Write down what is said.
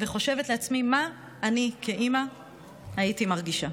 וחושבת לעצמי מה אני כאימא הייתי מרגישה.